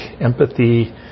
Empathy